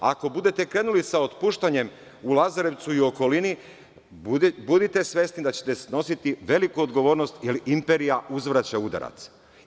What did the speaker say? Ako budete krenuli sa otpuštanjem u Lazarevcu i okolini, budite svesni da ćete snositi veliku odgovornost jer imperija uzvraća udarac.